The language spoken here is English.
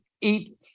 eat